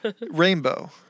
Rainbow